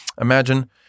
Imagine